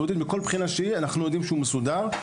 מכל בחינה שהיא אנחנו יודעים שהוא מסודר.